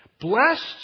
blessed